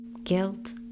guilt